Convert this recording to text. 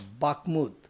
Bakhmut